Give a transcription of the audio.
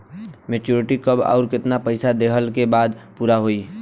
Maturity कब आउर केतना पईसा देहला के बाद पूरा होई?